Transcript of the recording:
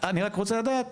אני רק רוצה לדעת